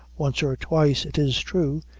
once or twice, it is true,